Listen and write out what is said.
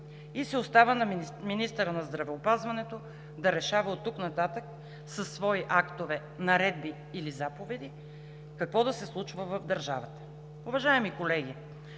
и се оставя на министъра на здравеопазването да решава оттук нататък със свои актове, наредби или заповеди какво да се случва в държавата. Уважаеми колеги,